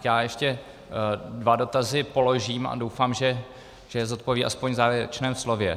Já ještě dva dotazy položím a doufám, že je zodpoví aspoň v závěrečném slově.